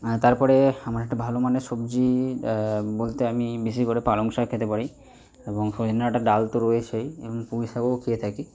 আর তারপরে আমার একটা ভালো মানের সবজি বলতে আমি বেশি করে পালং শাক খেতে পারি এবং সজনে ডাটার ডাল তো রয়েছেই এবং পুঁই শাকও খেয়ে থাকি